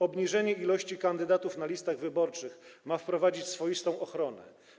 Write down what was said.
Obniżenie liczby kandydatów na listach wyborczych ma wprowadzić swoistą ochronę.